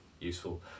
useful